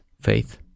faith